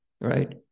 right